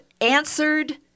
answered